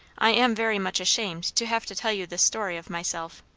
i am very much ashamed, to have to tell you this story of myself!